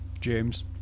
James